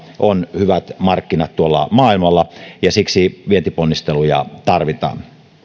on hyvät markkinat tuolla maailmalla ja siksi vientiponnisteluja tarvitaan